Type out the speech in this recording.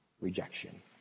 rejection